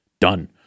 done